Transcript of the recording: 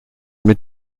mit